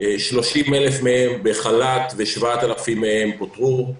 30,000 מהם בחל"ת ו-7,000 מהם פוטרו.